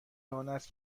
آنست